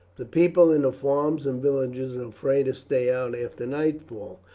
the people in the farms and villages are afraid to stay out after nightfall.